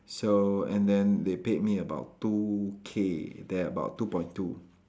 so and then they paid me about two K there about two point two